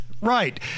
Right